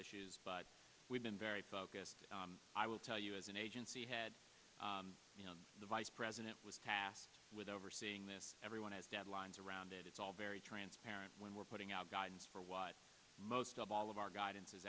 issues but we've been very focused i will tell you as an agency had you know the vice president was tasked with overseeing this everyone has deadlines around it it's all very transparent when we're putting out guidance for what most of all of our guidance is